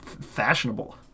fashionable